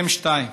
אתם, שניים.